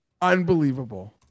Unbelievable